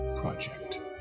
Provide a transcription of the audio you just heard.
project